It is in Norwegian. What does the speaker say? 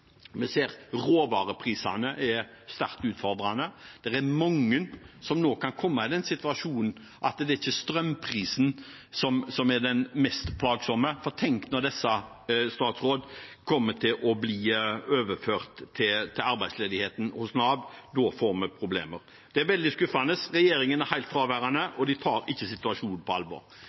Vi ser at råvareprisene er sterkt utfordrende. Det er mange som nå kan komme i den situasjonen at det ikke er strømprisen som er den mest plagsomme, for tenk når disse kommer til å bli overført til arbeidsledigheten hos Nav. Da får vi problemer. Det er veldig skuffende. Regjeringen er helt fraværende, og de tar ikke situasjonen på alvor.